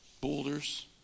boulders